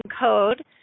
code